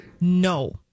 No